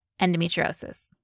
endometriosis